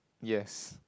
yes